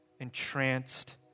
entranced